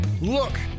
Look